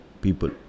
people